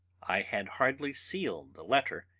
i had hardly sealed the letter,